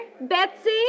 betsy